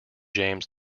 james